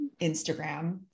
Instagram